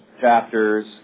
chapters